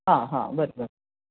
हां हां बरं बरं